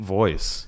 voice